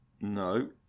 No